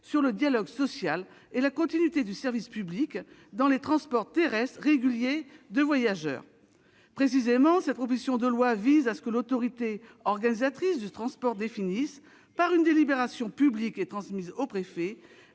sur le dialogue social et la continuité du service public dans les transports terrestres réguliers de voyageurs. Précisément, cette proposition de loi vise à ce que l'autorité organisatrice de transport (AOT) définisse, par une délibération publique transmise au préfet,